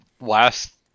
last